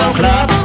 club